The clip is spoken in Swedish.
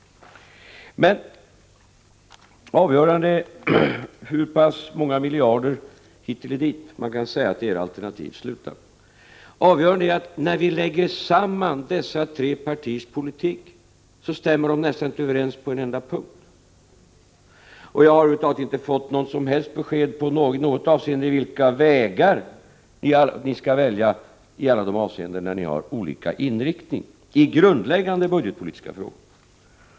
Oberoende av hur många miljoner hit eller dit man kan säga att era alternativ slutar på är det avgörande: när vi lägger samman dessa tre partiers politik stämmer de nästan inte överens på en enda punkt. Och jag har över huvud taget inte fått besked i något avseende beträffande vilka vägar som ni skall välja på alla de olika punkter där ni har olika inriktning i grundläggande budgetpolitiska frågor.